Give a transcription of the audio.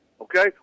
Okay